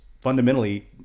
fundamentally